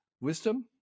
wisdom